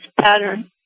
pattern